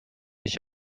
ich